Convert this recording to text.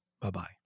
Bye-bye